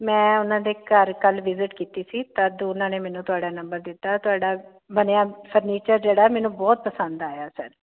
ਮੈਂ ਉਹਨਾਂ ਦੇ ਘਰ ਕੱਲ੍ਹ ਵਿਜਿਟ ਕੀਤੀ ਸੀ ਅਤੇ ਉਹਨਾਂ ਨੇ ਮੈਨੂੰ ਨੰਬਰ ਦਿੱਤਾ ਤੁਹਾਡਾ ਬਣਿਆ ਫਰਨੀਚਰ ਜਿਹੜਾ ਮੈਨੂੰ ਬਹੁਤ ਪਸੰਦ ਆਇਆ ਸਰ